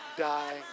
die